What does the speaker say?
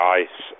ice